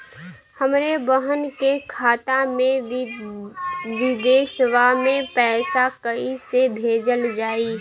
हमरे बहन के खाता मे विदेशवा मे पैसा कई से भेजल जाई?